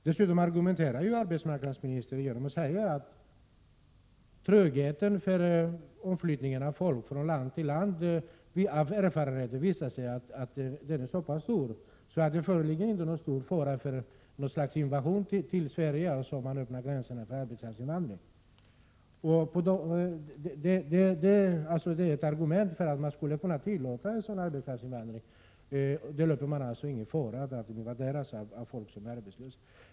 Dessutom argumenterar ju arbetsmarknadsministern genom att säga att erfarenheten visar att trögheten i omflyttningen av folk från land till land är så pass stor att det inte föreligger någon stor fara för något slags invasion till Sverige, om man öppnar gränserna för arbetskraftsinvandringen. Det är alltså ett argument för att man skulle kunna tillåta arbetskraftsinvandring. Den innebär ingen fara för att man invaderas av folk som är arbetslösa.